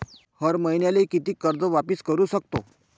हर मईन्याले कितीक कर्ज वापिस करू सकतो?